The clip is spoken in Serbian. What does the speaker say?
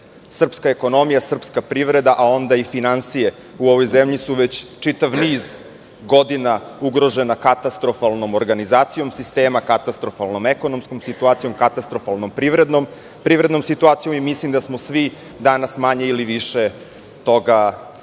Srpska ekonomija, srpska privreda, a onda i finansije u ovoj zemlji su već čitav niz godina ugrožena katastrofalnom organizacijom sistema, katastrofalnom ekonomskom situacijom, katastrofalnom privrednom situacijom. Mislim da smo svi danas manje ili više toga svesni. Ono